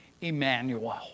Emmanuel